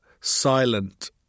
silent